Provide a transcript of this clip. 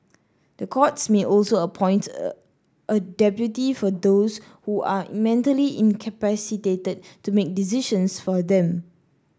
the courts may also appoint a a deputy for those who are mentally incapacitated to make decisions for them